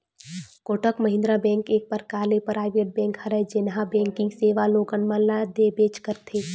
Kotak Mahindra bank एक परकार ले पराइवेट बेंक हरय जेनहा बेंकिग सेवा लोगन मन ल देबेंच करथे